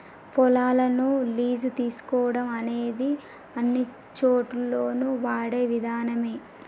పొలాలను లీజు తీసుకోవడం అనేది అన్నిచోటుల్లోను వాడే విధానమే